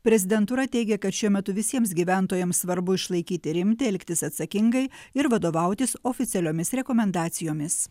prezidentūra teigia kad šiuo metu visiems gyventojams svarbu išlaikyti rimtį elgtis atsakingai ir vadovautis oficialiomis rekomendacijomis